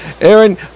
aaron